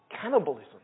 cannibalism